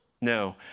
no